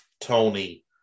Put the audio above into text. Tony